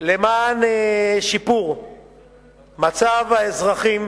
למען שיפור מצב האזרחים